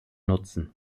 nutzen